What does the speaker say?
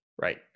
right